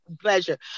pleasure